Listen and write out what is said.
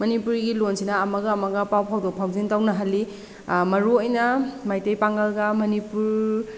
ꯃꯅꯤꯄꯨꯔꯒꯤ ꯂꯣꯟꯁꯤꯅ ꯑꯃꯒ ꯑꯃꯒ ꯄꯥꯎ ꯐꯥꯎꯗꯣꯛ ꯐꯥꯎꯖꯤꯟ ꯇꯧꯅꯍꯜꯂꯤ ꯃꯔꯨ ꯑꯣꯏꯅ ꯃꯩꯇꯩ ꯄꯥꯡꯒꯜꯒ ꯃꯅꯤꯄꯨꯔ